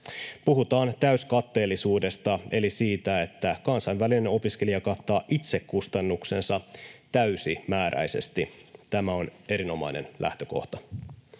Puhutaan täyskatteellisuudesta eli siitä, että kansainvälinen opiskelija kattaa itse kustannuksensa täysimääräisesti. Tämä on erinomainen lähtökohta.